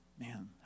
man